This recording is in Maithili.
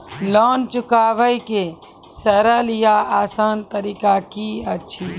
लोन चुकाबै के सरल या आसान तरीका की अछि?